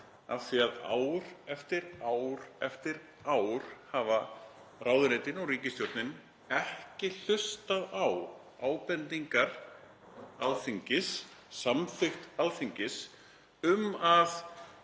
af því að ár eftir ár eftir ár hafa ráðuneytin og ríkisstjórnin ekki hlustað á ábendingar Alþingis, samþykkt Alþingis um að